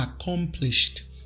accomplished